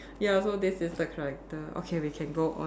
ya so this is the character okay we can go on